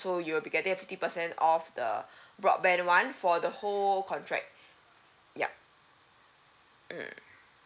so you'll be getting a fifty percent off the broadband [one] for the whole contract yup mm